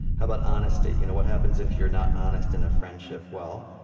how about honesty? you know what happens if you're not honest in a friendship. well,